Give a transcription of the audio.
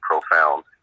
profound